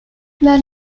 las